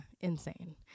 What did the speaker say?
insane